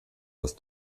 das